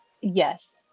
Yes